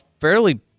fairly